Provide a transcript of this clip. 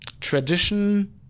tradition